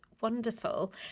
wonderful